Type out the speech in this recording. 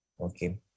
okay